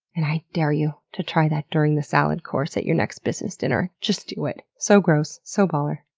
and i dare you to try that during the salad course at your next business dinner. just do it. so gross, so baller.